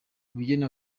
ubugeni